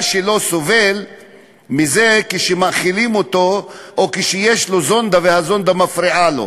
שלו סובל מזה שמאכילים אותו או שיש לו זונדה והזונדה מפריעה לו.